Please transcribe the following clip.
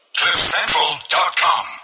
cliffcentral.com